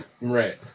Right